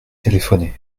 téléphoner